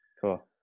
cool